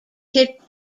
hit